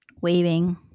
waving